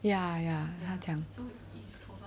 ya ya